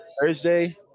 Thursday